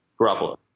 Garoppolo